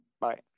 Bye